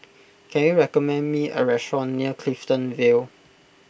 can you recommend me a restaurant near Clifton Vale